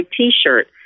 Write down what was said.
t-shirt